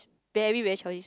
very very childish